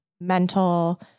mental